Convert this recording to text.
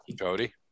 Cody